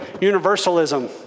universalism